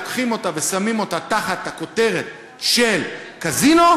לוקחים אותה ושמים אותה תחת הכותרת של קזינו,